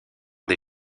des